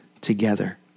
together